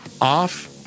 off